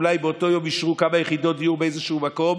ואולי באותו יום אישרו כמה יחידות דיור באיזשהו מקום.